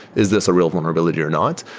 is this a real vulnerability or not?